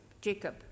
Jacob